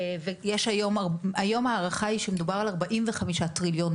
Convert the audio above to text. היום הערכה היא שמדובר על ארבעים וחמישה מיליון טריליון